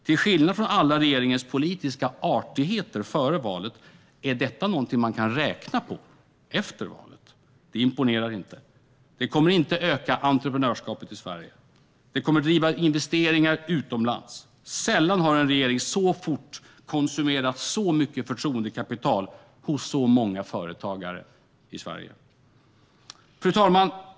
Till skillnad från alla regeringens politiska artigheter före valet är detta något man kan räkna på efter valet. Det imponerar inte. Det kommer inte att öka entreprenörskapet i Sverige. Det kommer att driva investeringar utomlands. Sällan har en regering så fort konsumerat så mycket förtroendekapital hos så många företagare i Sverige. Fru talman!